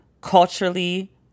culturally